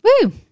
Woo